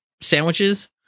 sandwiches